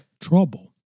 trouble